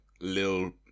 little